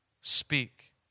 speak